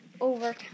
over